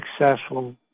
successful